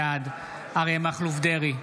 בעד אריה מכלוף דרעי,